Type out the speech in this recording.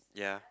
ya